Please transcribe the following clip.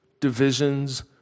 divisions